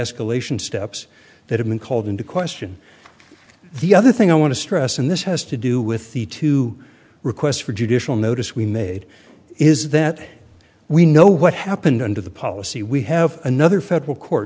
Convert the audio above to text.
escalation steps that have been called into question the other thing i want to stress and this has to do with the two requests for judicial notice we made is that we know what happened under the policy we have another federal court